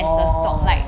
orh